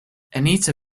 anita